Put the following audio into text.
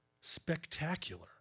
spectacular